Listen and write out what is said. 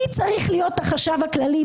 מי צריך להיות החשב הכללי,